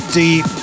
deep